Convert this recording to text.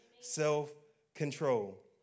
Self-control